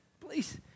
Please